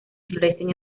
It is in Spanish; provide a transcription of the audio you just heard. florecen